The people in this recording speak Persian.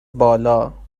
بالا